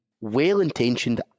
well-intentioned